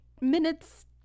minutes